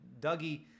Dougie